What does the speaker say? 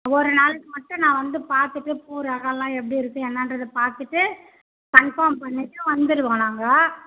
ஒரு நாள் மட்டும் நான் வந்து பார்த்துட்டு பூ ரகோல்லாம் எப்படி இருக்கு என்னன்றது பார்த்துட்டு கன்ஃபார்ம் பண்ணிவிட்டு வந்துருவோம் நாங்கள்